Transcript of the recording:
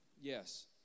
Yes